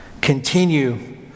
continue